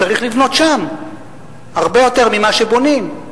וצריך לבנות שם הרבה יותר ממה שבונים.